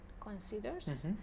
considers